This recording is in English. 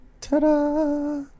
Ta-da